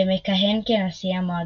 שמכהן כנשיא המועדון.